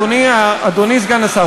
אדוני סגן השר,